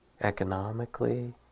economically